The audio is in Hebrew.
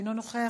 אינו נוכח.